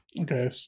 Okay